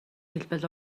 хэлбэл